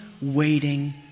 waiting